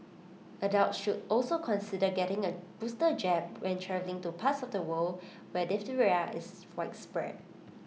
adults should also consider getting A booster jab when travelling to parts of the world where diphtheria is widespread